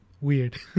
weird